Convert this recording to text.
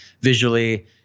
visually